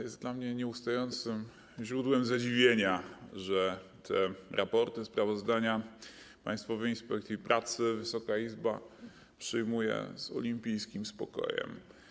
Jest dla mnie nieustającym źródłem zadziwienia, że te raporty, sprawozdania Państwowej Inspekcji Pracy Wysoka Izba przyjmuje z olimpijskim spokojem.